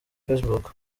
facebook